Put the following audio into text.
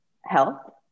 health